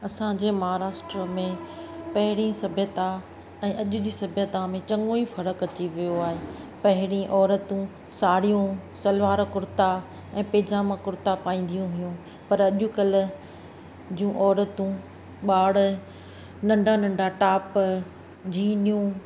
असांजे महाराष्ट्र में पहिरीं सभ्यता ऐं अॼु जी सभ्यता में चङो ई फ़र्क़ु अची वियो आहे पहिरीं औरतूं साड़ियूं सलवार कुर्ता ऐं पइजामा कुर्ता पाईंदियूं हुयूं पर अॼु कल्ह जूं औरतूं ॿार नंढा नंढा टॉप जीनियूं